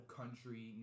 country